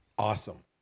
Awesome